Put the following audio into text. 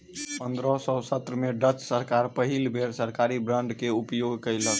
पंद्रह सौ सत्रह में डच सरकार पहिल बेर सरकारी बांड के उपयोग कयलक